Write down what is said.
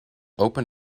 open